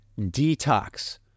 detox